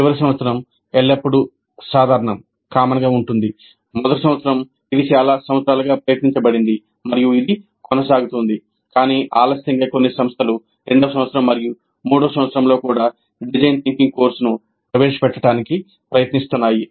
చివరి సంవత్సరం ఎల్లప్పుడూ సాధారణం మొదటి సంవత్సరం ఇది చాలా సంవత్సరాలుగా ప్రయత్నించబడింది మరియు ఇది కొనసాగుతోంది కానీ ఆలస్యంగా కొన్ని సంస్థలు రెండవ సంవత్సరం మరియు మూడవ సంవత్సరంలో కూడా డిజైన్ థింకింగ్ కోర్సును ప్రవేశపెట్టడానికి ప్రయత్నిస్తున్నాయి